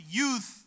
youth